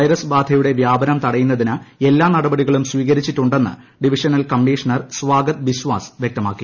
virus ബാധയുടെ വ്യാപനം തടയുന്നതിന് എല്ലാ നടപടികളും സ്വീകരിച്ചിട്ടുണ്ടെന്ന് ഡിവിഷണൽ കമ്മീഷണർ സ്വാഗത് ബിശ്വാസ് വ്യക്തമാക്കി